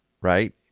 Right